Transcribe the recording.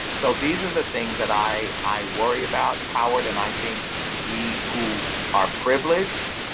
so these are the things that i i worry about, howard, and i think we who are privileged,